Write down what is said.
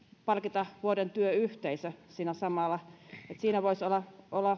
palkita vuoden työyhteisö siinä voisi olla